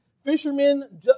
Fishermen